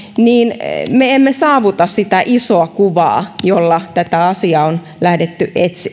niin me emme saavuta sitä isoa kuvaa jolla tässä asiassa on lähdetty